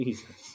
Jesus